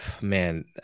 Man